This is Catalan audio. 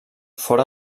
fora